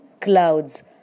clouds